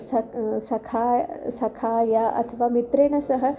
सक् सखा सखाय अथवा मित्रेण सह